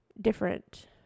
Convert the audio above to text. different